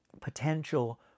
potential